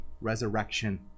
resurrection